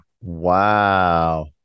Wow